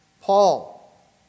Paul